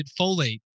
folate